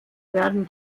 werden